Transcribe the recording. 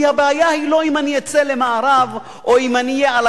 כי הבעיה היא לא אם אני אצא למארב או אם אני אהיה על